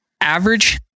Average